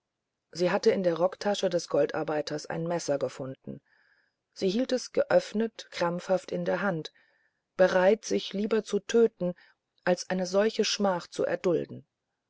sie hatte in der rocktasche des goldarbeiters ein messer gefunden sie hielt es geöffnet krampfhaft in der hand bereit sich lieber zu töten als eine solche schmach zu erdulden